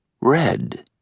red